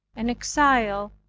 an exile,